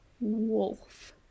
Wolf